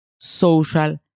social